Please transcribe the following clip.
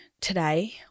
today